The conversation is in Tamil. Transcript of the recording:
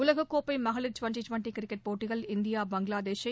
உலகக்கோப்பை மகளிர் டிவெண்டி டிவெண்டி கிரிக்கெட் போட்டியில் இந்தியா பங்களாதேஷை